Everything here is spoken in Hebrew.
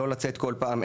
לא לצאת כל פעם,